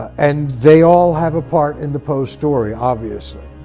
and they all have a part in the poe story, obviously.